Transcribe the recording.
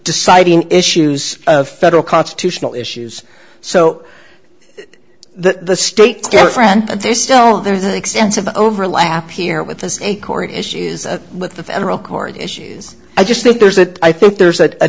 deciding issues of federal constitutional issues so the state fair friend there's still there's an extensive overlap here with the acorn issue with the federal court issues i just think there's that i think there's a